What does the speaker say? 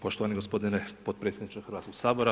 Poštovani gospodine potpredsjedniče Hrvatskog sabora.